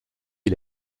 est